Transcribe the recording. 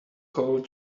cold